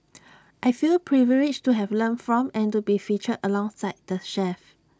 I feel privileged to have learnt from and to be featured alongside the chefs